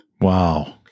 Wow